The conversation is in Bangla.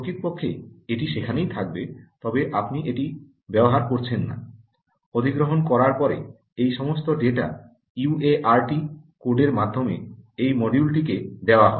প্রকৃতপক্ষে এটি সেখানেই থাকবে তবে আপনি এটি ব্যবহার করছেন না অধিগ্রহণ করার পরে এই সমস্ত ডেটা ইউআরট কোডের মাধ্যমে এই মডিউলটিকে দেওয়া হয়